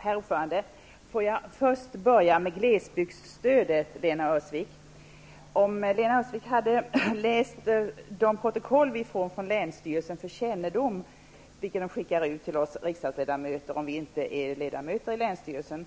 Herr talman! Får jag börja med glesbygdsstödet, Lena Öhrsvik. Om Lena Öhrsvik hade läst de protokoll som vi riksdagsledamöter får för kännedom från länsstyrelsen om vi inte är ledamöter i länsstyrelsen,